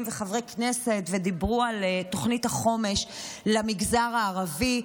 וחברי כנסת ודיברו על תוכנית החומש למגזר הערבי.